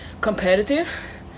competitive